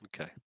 Okay